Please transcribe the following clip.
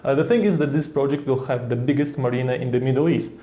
ah the thing is that this project will have the biggest marina in the middle east.